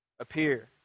appear